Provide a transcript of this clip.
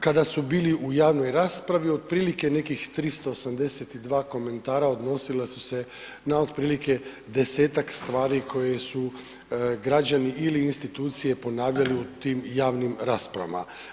Kada su bili u javnoj raspravi otprilike nekih 382 komentara odnosila su se na otprilike 10-tak stvari koje su građani ili institucije ponavljali u tim javnim raspravama.